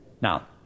Now